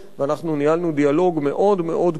ואנחנו ניהלנו דיאלוג מאוד מאוד פורה